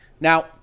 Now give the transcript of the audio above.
Now